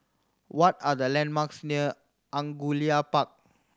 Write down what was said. what are the landmarks near Angullia Park